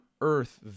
earth